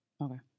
Okay